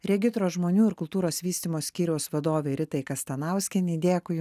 regitros žmonių ir kultūros vystymo skyriaus vadovei ritai kastanauskienei dėkui